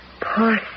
Poor